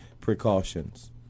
precautions